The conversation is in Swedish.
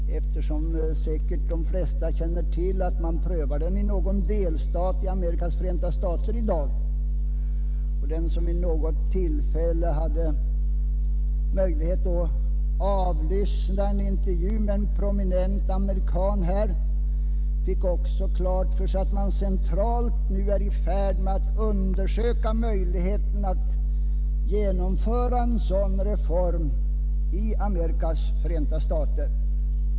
De flesta känner säkert till att man i dag prövar denna reform i någon delstat av Amerikas förenta stater. Den som hade tillfälle att nyligen avlyssna en intervju i TV med en prominent amerikan fick också klart för sig att man är i färd med att undersöka möjligheterna att genomföra en dylik reform i Amerikas förenta stater.